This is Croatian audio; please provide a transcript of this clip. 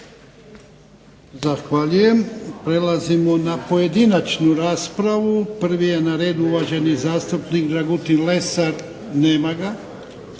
Zahvaljujem. Prelazimo na pojedinačnu raspravu. Prvi je na redu uvaženi zastupnik Dragutin Lesar. Nema ga.